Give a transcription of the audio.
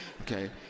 Okay